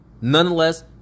Nonetheless